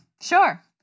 Sure